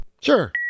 Sure